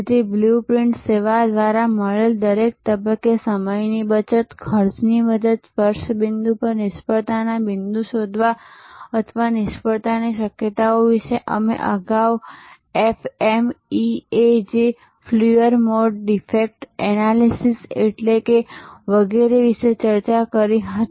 તેથી blueprint સેવા દ્વારા મળેલ દરેક તબક્કે સમયની બચત ખર્ચની બચત સ્પર્શ બિંદુ પર નિષ્ફળતાના બિંદુ શોધવા અથવા નિષ્ફળતાની શક્યતાઓ વિશે અમે અગાઉ FMEA જે Failure Mode Defect Analysis એટલે કે વગેરે વિશે ચર્ચા કરી હતી